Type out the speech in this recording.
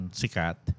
sikat